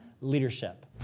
leadership